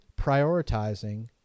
prioritizing